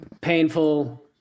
painful